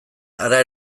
hara